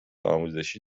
آموزشی